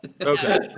Okay